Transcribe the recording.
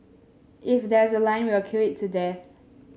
if there's a line we will queue it to death